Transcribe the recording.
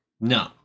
no